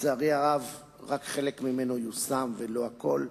לצערי הרב, רק חלק ממנו יושם, ולא הכול,